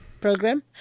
program